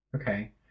Okay